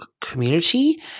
community